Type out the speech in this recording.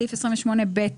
בסעיף 28ב,